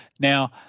Now